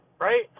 right